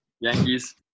Yankees